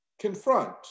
confront